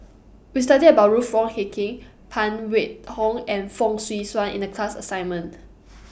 We studied about Ruth Wong Hie King Phan Wait Hong and Fong Swee Suan in The class assignment